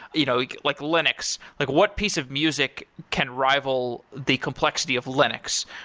you know yeah like linux. like what piece of music can rival the complexity of linux?